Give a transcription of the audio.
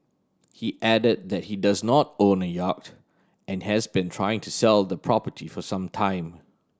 he added that he does not own a yacht and has been trying to sell the property for some time